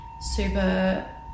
super